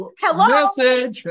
Hello